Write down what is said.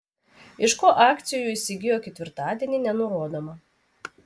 iš ko akcijų įsigijo ketvirtadienį nenurodoma